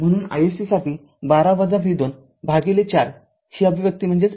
म्हणून iSC साठी १२ v२ भागिले ४ ही अभिव्यक्ती पाहिली आहे